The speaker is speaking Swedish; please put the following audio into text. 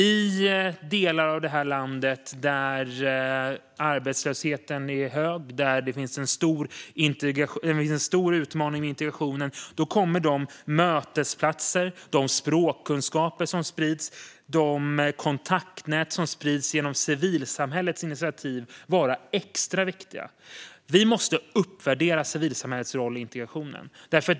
I delar av det här landet där arbetslösheten är hög och det finns en stor utmaning med integrationen kommer de mötesplatser, språkkunskaper och kontaktnät som sprids genom civilsamhällets initiativ att vara extra viktiga. Vi måste uppvärdera civilsamhällets roll i integrationen.